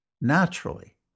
naturally